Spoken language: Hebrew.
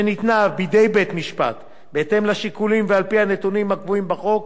שניתנה בידי בית-משפט בהתאם לשיקולים ועל-פי הנתונים הקבועים בחוק,